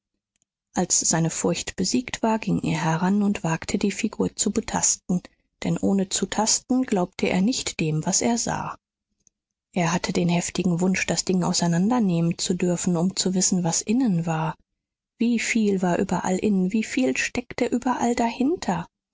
als seine furcht besiegt war ging er heran und wagte die figur zu betasten denn ohne zu tasten glaubte er nicht dem was er sah er hatte den heftigen wunsch das ding auseinander nehmen zu dürfen um zu wissen was innen war wie viel war überall innen wie viel steckte überall dahinter